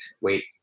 wait